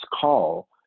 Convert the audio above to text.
call